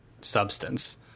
substance